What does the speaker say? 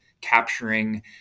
capturing